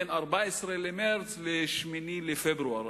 בין ה-14 למרס ל-8 לפברואר,